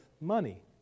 money